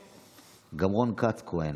גם רון כץ כהן.